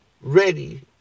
ready